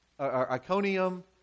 Iconium